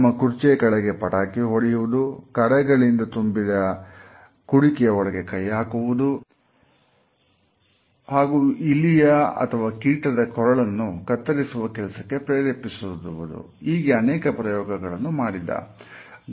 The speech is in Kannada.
ತಮ್ಮ ಕುರ್ಚಿಯ ಕೆಳಗೆ ಪಟಾಕಿ ಹೊಡೆಯುವುದು ಕಪ್ಪೆಗಳಿಂದ ತುಂಬಿದ ಕುಡಿಕೆಯ ಒಳಗೆ ಕೈ ಹಾಕುವುದು ಹಾಗೂ ಇಲ್ಲಿಯ ಅಥವಾ ಕೀಟದ ಕೊರಳನ್ನು ಕತ್ತರಿಸುವ ಕೆಲಸಕ್ಕೆ ಪ್ರೇರೇಪಿಸುವುದು ಹೀಗೆ ಅನೇಕ ಪ್ರಯೋಗಗಳನ್ನು ಮಾಡಿದ